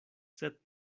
sed